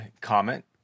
comment